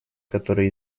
которые